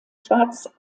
schwarz